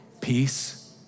peace